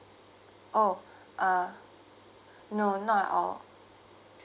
oh uh no not all